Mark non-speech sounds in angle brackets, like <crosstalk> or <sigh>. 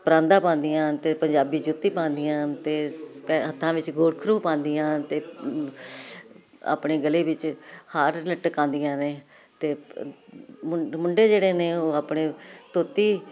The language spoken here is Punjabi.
ਪਰਾਂਦਾ ਪਾਂਉਦੀਆਂ ਹਨ ਅਤੇ ਪੰਜਾਬੀ ਜੁੱਤੀ ਪਾਉਂਦੀਆਂ ਹਨ ਅਤੇ ਪੇ ਹੱਥਾਂ ਵਿੱਚ ਗੋਰਖਰੂ ਪਾਉਂਦੀਆਂ ਹਨ ਅਤੇ <unintelligible> ਆਪਣੇ ਗਲੇ ਵਿੱਚ ਹਾਰ ਲਟਕਾਉਂਦੀਆਂ ਨੇ ਅਤੇ ਮੂ ਮੁੰਡੇ ਜਿਹੜੇ ਨੇ ਉਹ ਆਪਣੇ ਧੋਤੀ